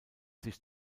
sich